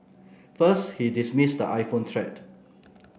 first he dismissed the iPhone threat